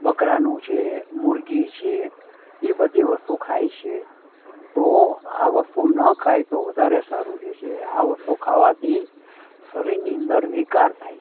બકરાનું છે મરઘી છે એ બધી વસ્તુ ખાય છે તો આ વસ્તુ ન ખાય તો વધારે સારું રહેશે આ વસ્તુ ખાવાથી શરીરની અંદર વિકાર થાય છે